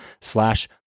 slash